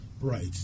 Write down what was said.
Right